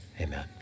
Amen